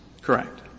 Correct